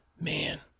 man